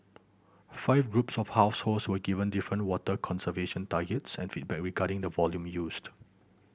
five groups of households were given different water conservation targets and feedback regarding the volume used